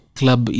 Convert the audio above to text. club